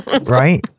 right